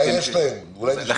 מה